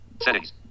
Settings